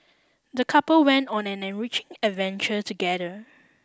the couple went on an enriching adventure together